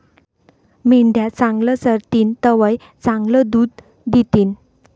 मेंढ्या चांगलं चरतीन तवय चांगलं दूध दितीन